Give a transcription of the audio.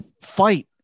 Fight